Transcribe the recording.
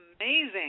amazing